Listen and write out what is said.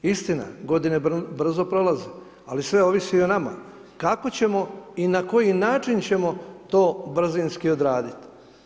Istina, godine brzo prolaze, ali sve ovisi i o nama, kako ćemo i na koji način ćemo to brzinski odraditi.